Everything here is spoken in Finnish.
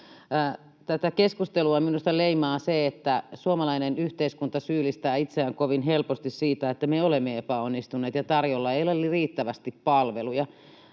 Tätä keskustelua minusta leimaa se, että suomalainen yhteiskunta syyllistää itseään kovin helposti siitä, että me olemme epäonnistuneet ja tarjolla ei ole riittävästi palveluja.